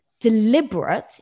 deliberate